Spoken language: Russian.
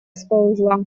сползла